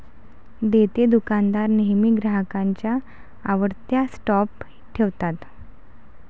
देतेदुकानदार नेहमी ग्राहकांच्या आवडत्या स्टॉप ठेवतात